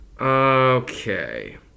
Okay